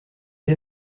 est